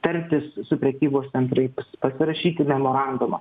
tartis su prekybos centrais pasirašyti memorandumą